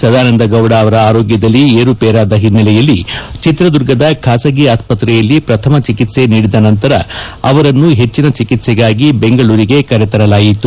ಸದಾನಂದ ಗೌಡ ಅವರ ಆರೋಗ್ಯದಲ್ಲಿ ಏರುಪೇರಾದ ಹಿನ್ನೆಲೆಯಲ್ಲಿ ಚಿತ್ರದುರ್ಗದ ಖಾಸಗಿ ಆಸ್ಪತ್ರೆಯಲ್ಲಿ ಪ್ರಥಮ ಚಿಕಿತ್ಸೆ ನೀಡಿದ ನಂತರ ಅವರನ್ನು ಹೆಚ್ಚಿನ ಚಿಕಿತ್ಸೆಗಾಗಿ ಬೆಂಗಳೂರಿಗೆ ಕರೆತರಲಾಯಿತು